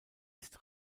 ist